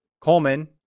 Coleman